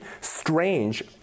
strange